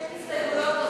יש הסתייגויות,